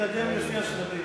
תתקדם לפי השלבים.